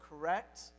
correct